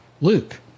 Luke